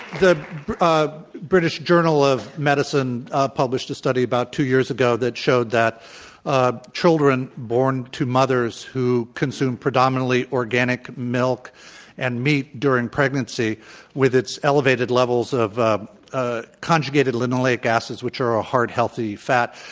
the british journal of medicine published a study about two years ago that showed that ah children born to mothers who consume pr edominantly organic milk and meatduring pregnancy with its elevated levels of ah ah conjugated linoleic acids, which are a heart healthy fat,